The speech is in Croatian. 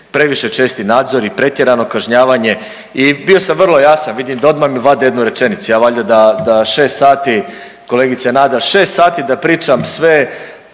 previše česti nadzori, pretjerano kažnjavanje i bio sam vrlo jasan vidim da odma mi vade jednu rečenicu. Ja valjda da šest sati kolegice Nada šest sati da pričam sve